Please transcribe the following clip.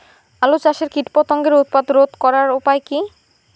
আলু চাষের কীটপতঙ্গের উৎপাত রোধ করার উপায় কী?